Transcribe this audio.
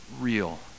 real